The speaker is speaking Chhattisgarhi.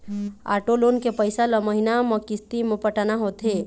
आटो लोन के पइसा ल महिना म किस्ती म पटाना होथे